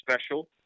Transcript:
special